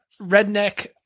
Redneck